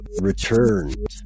returned